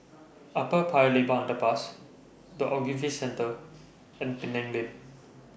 Upper Paya Lebar Underpass The Ogilvy Centre and Penang Lane